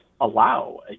allow